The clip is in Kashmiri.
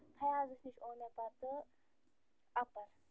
فیاضس نِش اوٚن مےٚ پتہٕ اَپر